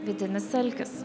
vidinis alkis